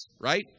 right